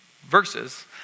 verses